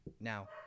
now